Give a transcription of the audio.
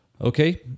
Okay